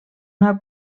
una